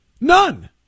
None